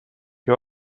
you